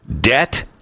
debt